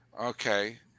okay